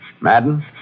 Madden